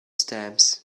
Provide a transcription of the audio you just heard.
stamps